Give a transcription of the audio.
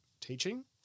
teaching